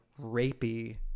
rapey